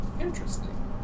Interesting